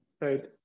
Right